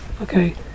Okay